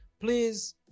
please